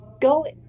go